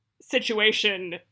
situation